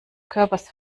körpers